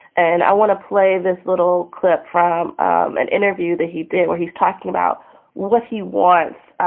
and i want to play this little clip from an interview that he did where he's talking about what he was.